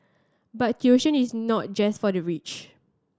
but tuition is not just for the rich